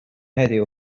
heddiw